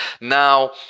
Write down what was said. Now